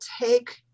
take